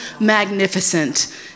magnificent